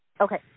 okay